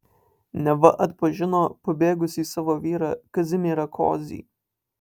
neva atpažino pabėgusį savo vyrą kazimierą kozį